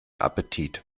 appetit